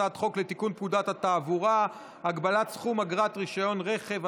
הצעת חוק לתיקון פקודת התעבורה (הגבלת סכום אגרת רישיון רכב),